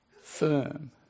firm